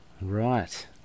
Right